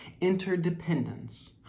interdependence